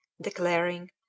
declaring